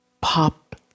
pop